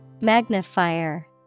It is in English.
Magnifier